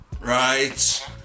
right